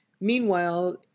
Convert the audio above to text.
meanwhile